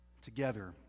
together